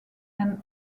and